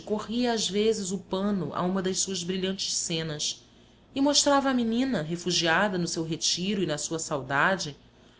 corria às vezes o pano a uma das suas brilhantes cenas e mostrava à menina refugiada no seu retiro e na sua saudade